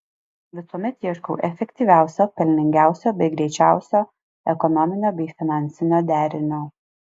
visuomet ieškau efektyviausio pelningiausio bei greičiausio ekonominio bei finansinio derinio